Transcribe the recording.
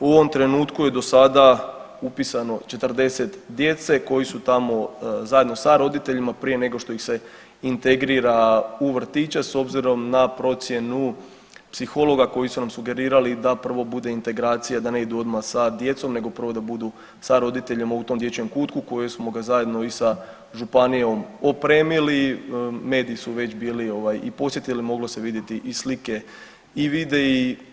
U ovom trenutku je do sada upisano 40 djece koji su tamo zajedno sa roditeljima prije nego što ih se integrira u vrtiće s obzirom na procjenu psihologa koji su nam sugerirali da prvo bude integracija, da ne idu odma sa djecom nego prvo da budu sa roditeljima u tom dječjem kutku kojega smo zajedno i sa županijom opremili, mediji su već bili ovaj i posjetili, moglo se vidjeti i slike i videi.